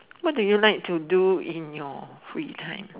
what do you like to do in your free time